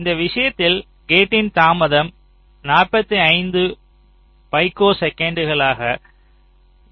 இந்த விஷயத்தில் கேட்டின் தாமதம் 45 பைக்கோசெகண்டுகளாக இருக்கும்